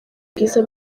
bwiza